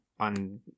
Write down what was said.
on